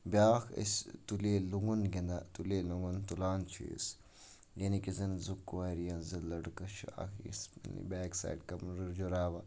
بیٛاکھ أسۍ تُلے لون گِنٛدان تُلے لنگُن تُلان چھِ أسۍ یعنے کہِ زٕ کورِ یا زٕ لڑکہٕ چھِ اکھ أسۍ بیک سایڈٕ کَمرٕ جُراوان